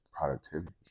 productivity